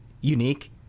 unique